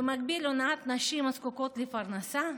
ובמקביל הונאת נשים הזקוקות לפרנסה,